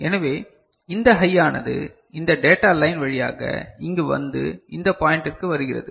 எனவே இந்த ஹையானது இந்த டேட்டா லைன் வழியாக இங்கு வந்து இந்த பாய்ண்டிற்கு வருகிறது